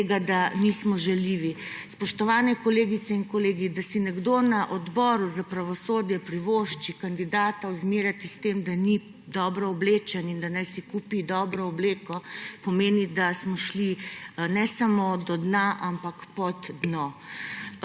tega, da nismo žaljivi. Spoštovani kolegice in kolegi, da si nekdo na Odboru za pravosodje privošči kandidata ozmerjati s tem, da ni dobro oblečen in da naj si kupi dobro obleko pomeni, da smo šli ne samo do dna, ampak pod dno.